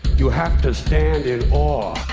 you have to stand in awe,